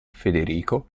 federico